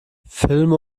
filme